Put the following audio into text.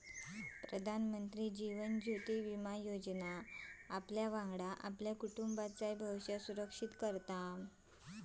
प्रधानमंत्री जीवन ज्योति विमा योजनेमुळे आपल्यावांगडा आपल्या कुटुंबाचाय भविष्य सुरक्षित करा